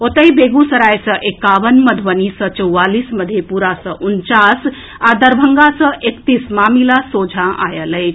ओतहि बेगूसराय सँ एकावन मधुबनी सँ चौवालीस मधेपुरा सँ उनचास आ दरभंगा सँ एकतीस मामिला सोझा आएल अछि